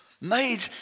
made